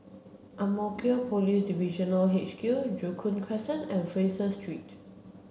Ang Mo Kio Police Divisional H Q Joo Koon Crescent and Fraser Street